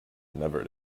never